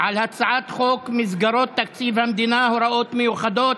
על הצעת חוק מסגרות תקציב המדינה (הוראות מיוחדות